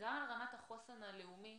גם על רמת החוסן הלאומי